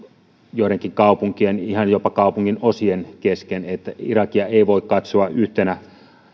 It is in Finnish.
joidenkin kaupunkien ihan jopa kaupunginosien kesken eli irakia ei voi katsoa yhtenä